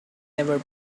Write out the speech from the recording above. never